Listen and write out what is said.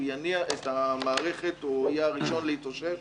יניע את המערכת או יהיה הראשון להתאושש